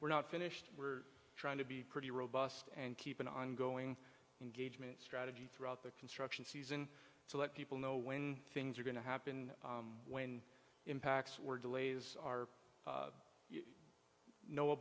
we're not finished we're trying to be pretty robust and keep an ongoing and gauge me strategy throughout the construction season to let people know when things are going to happen when impacts were delays are you know a